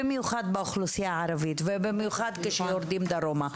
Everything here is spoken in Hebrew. במיוחד בחברה הערבית ובמיוחד כשיורדים דרומה.